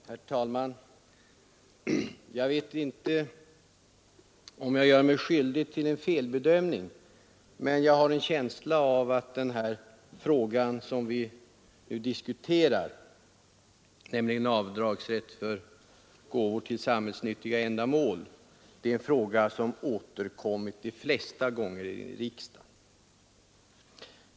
Herr talman! Jag vet inte om jag gör mig skyldig till en felbedömning, men jag har en känsla av att frågan om avdragsrätt för gåvor till samhällsnyttiga ändamål, är en av de frågor som återkommit de flesta gångerna i riksdagen.